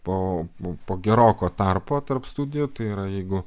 po nu po geroko tarpo tarp studijų tai yra jeigu